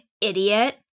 idiot